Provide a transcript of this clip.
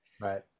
Right